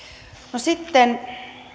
sitten